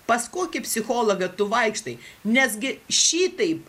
pas kokį psichologą tu vaikštai nesgi šitaip